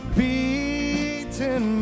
beaten